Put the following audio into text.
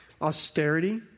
austerity